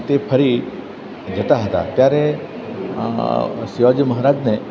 તે ફરી જતા હતા ત્યારે શિવાજી મહારાજને